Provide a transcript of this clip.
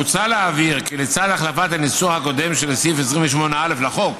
מוצע להבהיר כי לצד החלפת הניסוח הקודם של סעיף 28א לחוק,